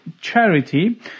charity